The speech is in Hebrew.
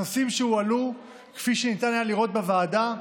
הנושאים שהועלו, כפי שניתן היה לראות בוועדה,